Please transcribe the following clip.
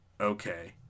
okay